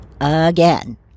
again